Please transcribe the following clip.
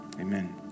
Amen